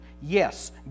Yes